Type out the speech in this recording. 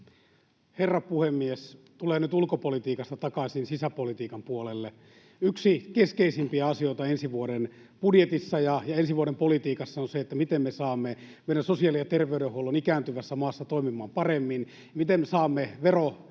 Herra puhemies! Tulen nyt ulkopolitiikasta takaisin sisäpolitiikan puolelle. Yksi keskeisimpiä asioita ensi vuoden budjetissa ja ensi vuoden politiikassa on se, miten me saamme meidän ikääntyvässä maassa sosiaali- ja terveydenhuollon toimimaan paremmin, miten me saamme